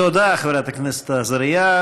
תודה, חברת הכנסת עזריה.